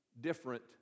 different